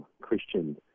Christian